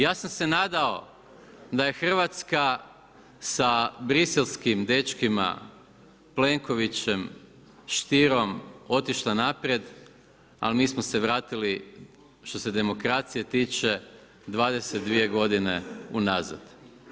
Ja sam se nadao da je Hrvatska sa briselskim dečkima Plenkovićem, Stierom otišla naprijed, ali mi smo se vratili što se demokracije tiče 22 godine unazad.